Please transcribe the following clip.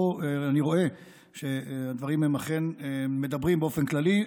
פה אני רואה שהדברים הם אכן מדברים באופן כללי.